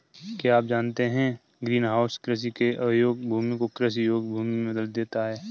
क्या आप जानते है ग्रीनहाउस कृषि के अयोग्य भूमि को कृषि योग्य भूमि में बदल देता है?